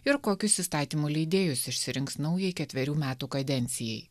ir kokius įstatymų leidėjus išsirinks naujai ketverių metų kadencijai